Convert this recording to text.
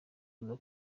kuza